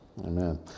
Amen